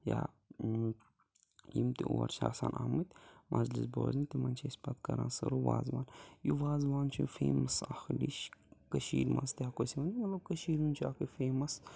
یا یِم تہِ اور چھِ آسان آمٕتۍ مجلِس بوزنہِ تِمَن چھِ أسۍ پَتہٕ کَران سٔرٕو وازوان یہِ وازوان چھُ فیمَس اَکھ ڈِش کٔشیٖرِ منٛز تہِ ہٮ۪کو أسۍ وٕنِتھ مطلب کٔشیٖرِ ہُنٛد چھِ اَکھ یہِ فیمَس